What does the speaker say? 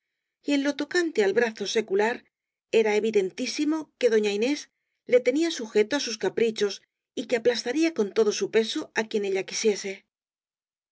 en lo tocante al brazo secular era evidentísi mo que doña inés le tenía sujeto á sus caprichos y que aplastaría con todo su peso á quien ella quisiese